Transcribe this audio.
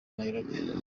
nairobi